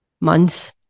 months